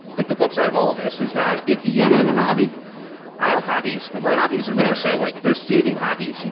like the flipside of all of this is that if you you got to have a hobby i have hobbies, but my hobbies and more so like they're soothing hobbies.